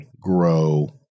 grow